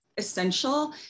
essential